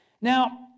Now